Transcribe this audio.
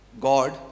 God